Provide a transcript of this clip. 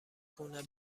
خونه